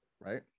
Right